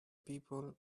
people